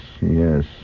Yes